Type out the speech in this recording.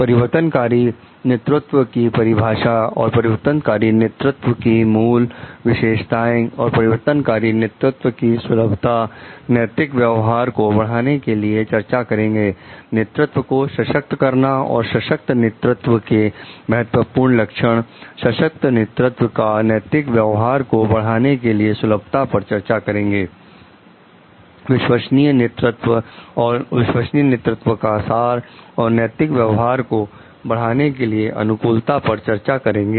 परिवर्तनकारी नेतृत्व की परिभाषा और परिवर्तनकारी नेतृत्व की मूल विशेषताएं और परिवर्तनकारी नेतृत्व की सुलभता नैतिक व्यवहार को बढ़ाने के लिए चर्चा करेंगे नेतृत्व को सशक्त करना और सशक्त नेतृत्व के महत्वपूर्ण लक्षण सशक्त नेतृत्व का नैतिक व्यवहार को बढ़ाने के लिए सुलभता पर चर्चा करेंगे विश्वसनीय नेतृत्व और विश्वसनीय नेतृत्व का सार और नैतिक व्यवहार को बढ़ाने के लिए अनुकूलता पर चर्चा करेंगे